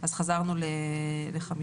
אז חזרנו ל-50,